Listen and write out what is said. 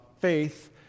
faith